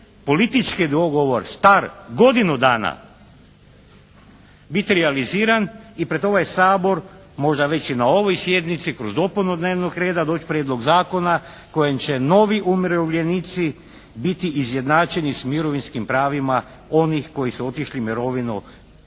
politički dogovor star godinu dana biti realiziran i pred ovaj Sabor možda već i na ovoj sjednici kroz dopunu dnevnog reda doći prijedlog zakona kojim će novi umirovljenici biti izjednačeni s mirovinskim pravima onih koji su otišli u mirovinu do 31.